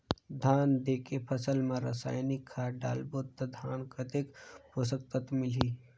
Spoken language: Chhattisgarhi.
धान देंके फसल मा रसायनिक खाद डालबो ता धान कतेक पोषक तत्व मिलही?